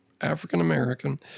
African-American